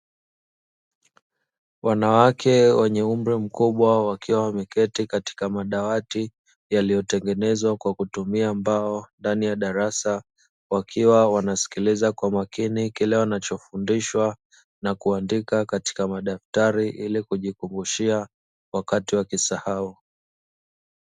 Wanawake wenye umri mkubwa wakiwa wameketi katika madawati yaliyotengenezwa kwa kutumia mbao ndani ya darasa, wakiwa wanasikiliza kwa makini kile wanachofundishwa na kuandika katika madaftari ili kujikumbushia wakati wakisahau.